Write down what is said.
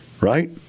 Right